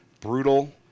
brutal